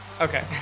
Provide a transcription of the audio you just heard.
okay